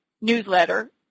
newsletter